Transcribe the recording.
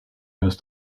hast